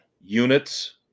units